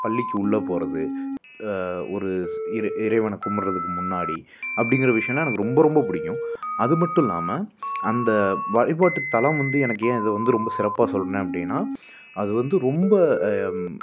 பள்ளிக்கு உள்ளே போகிறது ஒரு இறே இறைவனை கும்புடுகிறதுக்கு முன்னாடி அப்படிங்கிற விஷயோலாம் எனக்கு ரொம்ப ரொம்ப பிடிக்கும் அது மட்டும் இல்லாமல் அந்த வழிபாட்டுத்தலம் வந்து எனக்கு ஏன் இதை வந்து ரொம்ப சிறப்பாக சொன்னேன் அப்படின்னா அது வந்து ரொம்ப